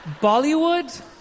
Bollywood